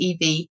EV